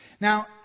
Now